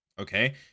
Okay